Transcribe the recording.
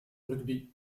rugby